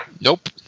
Nope